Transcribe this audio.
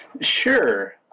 Sure